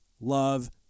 love